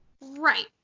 Right